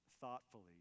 thoughtfully